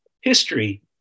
history